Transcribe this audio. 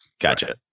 Gotcha